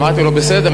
אמרתי לו: בסדר,